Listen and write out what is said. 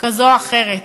כזו או אחרת,